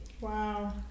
Wow